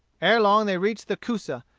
ere long they reached the coosa,